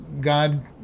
God